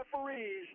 referees